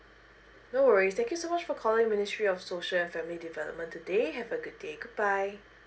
no worries thank you so much for calling ministry of social and family development today have a good day goodbye